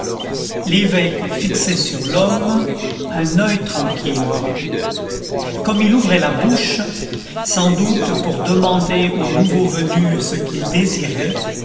l'évêque fixait sur l'homme un oeil tranquille comme il ouvrait la bouche sans doute pour demander au nouveau venu ce qu'il désirait